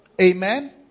amen